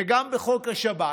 וגם בחוק השב"כ,